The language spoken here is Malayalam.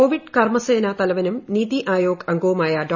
കോവിഡ് കർമ്മ്സേന തലവനും നിതി ആയോഗ് അംഗവുമായ ഡോ